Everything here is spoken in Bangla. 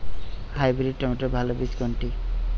হাইব্রিড টমেটোর ভালো বীজ কোনটি?